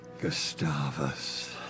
Gustavus